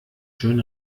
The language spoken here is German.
schön